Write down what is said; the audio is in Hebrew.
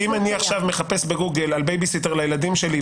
שאם אני עכשיו מחפש בגוגל על בייביסיטר לילדים שלי,